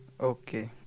Okay